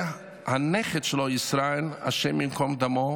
והנכד שלו, ישראל, השם ייקום דמו,